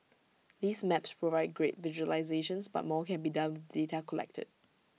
these maps provide great visualisations but more can be done data collected